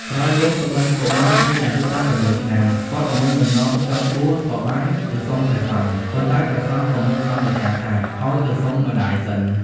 ក្រោយមក សុបិន្តកុមាមានអាយុ១៦ឆ្នាំ គាត់ក៏មានបំណងចង់បួសក៏បានទៅសុំព្រះសង្ឃ ប៉ុន្តែព្រះសង្ឃក៏មានសង្ឃដីការថាអោយទៅសុំម្តាយសិន ។